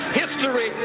history